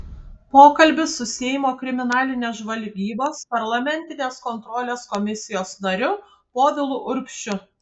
pokalbis su seimo kriminalinės žvalgybos parlamentinės kontrolės komisijos nariu povilu urbšiu